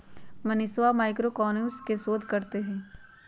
मनीषवा मैक्रोइकॉनॉमिक्स पर शोध करते हई